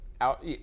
out